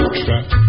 trap